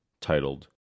titled